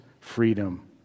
freedom